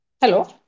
Hello